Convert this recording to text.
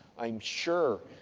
i'm sure,